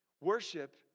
Worship